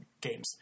games